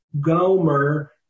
Gomer